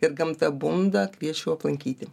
ir gamta bunda kviečiu aplankyti